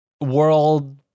world